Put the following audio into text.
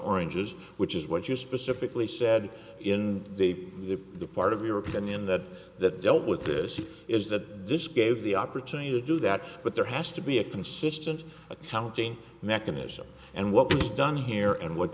oranges which is what you specifically said in the the part of your opinion that that dealt with this is that this gave the opportunity to do that but there has to be a consistent accounting mechanism and what was done here and what